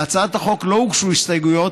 להצעת החוק לא הוגשו הסתייגות,